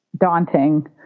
Daunting